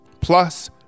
Plus